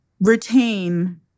retain